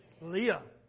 Leah